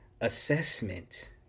assessment